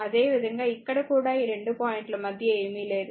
అదేవిధంగా ఇక్కడ కూడా ఈ 2 పాయింట్ల మధ్య ఏమీ లేదు